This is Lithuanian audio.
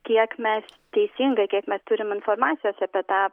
kiek mes teisingai kiek neturim informacijos apie tą